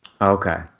Okay